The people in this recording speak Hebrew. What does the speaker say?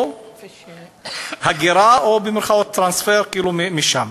או הגירה, "טרנספר" משם.